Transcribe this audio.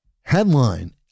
headline